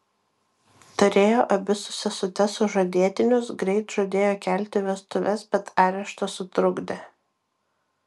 turėjo abi su sesute sužadėtinius greit žadėjo kelti vestuves bet areštas sutrukdė